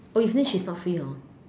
oh evening she is not free hor